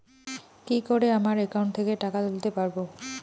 কি করে আমার একাউন্ট থেকে টাকা তুলতে পারব?